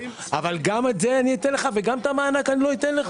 אבל גם את זה אני אתן לך וגם את המענק לא אקבל?